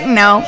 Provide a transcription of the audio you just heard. no